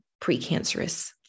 precancerous